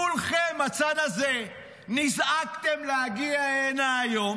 כולכם, הצד הזה, נזעקתם להגיע הנה היום